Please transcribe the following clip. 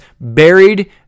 buried